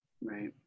Right